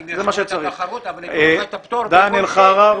דן אלחרר,